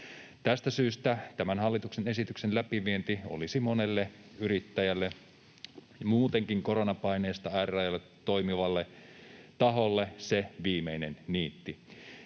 Tästä syystä tämän hallituksen esityksen läpivienti olisi monelle yrittäjälle, muutenkin koronapaineissa äärirajoilla toimivalle taholle, se viimeinen niitti.